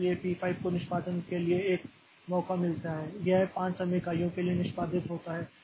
इसलिए पी 5 को निष्पादन के लिए एक मौका मिलता है यह 5 समय इकाइयों के लिए निष्पादित होता है